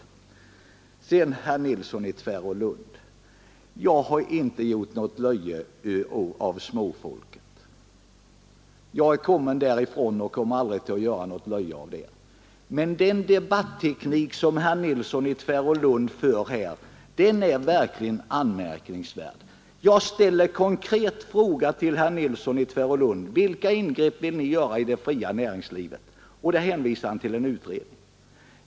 Vidare har jag, herr Nilsson i Tvärålund, inte nu dragit något löje över småfolket. Jag är kommen därifrån och kommer aldrig att dra något löje över det. Men den debatteknik som herr Nilsson i Tvärålund tillämpar är verkligen anmärkningsvärd. Jag ställer en konkret fråga till herr Nilsson i Tvärålund om vilka ingrepp centern vill göra i det fria näringslivet, och då hänvisar han till en utredning.